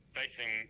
facing